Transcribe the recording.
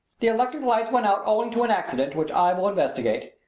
the electric lights went out owing to an accident, which i will investigate.